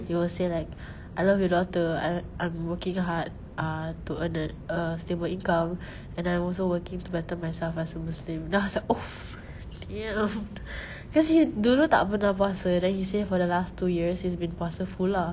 he was saying like I love your daughter i~ I'm working hard ah to earn a a stable income and I'm also working to better myself as a muslim then I was like !oof! damn cause he dulu tak pernah puasa then he say for the last two years he's been puasa full lah